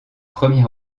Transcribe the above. premier